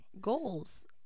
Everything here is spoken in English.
Goals